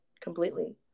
completely